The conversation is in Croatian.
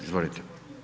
Izvolite.